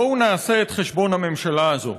בואו נעשה את חשבון הממשלה הזו.